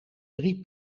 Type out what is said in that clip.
drie